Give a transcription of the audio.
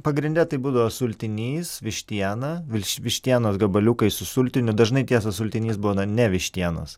pagrinde tai būdavo sultinys vištiena vilš vištienos gabaliukai su sultiniu dažnai tiesa sultinys būna ne vištienos